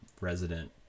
resident